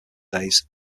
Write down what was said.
days